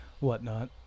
whatnot